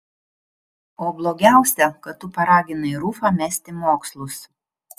o blogiausia kad tu paraginai rufą mesti mokslus